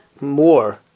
more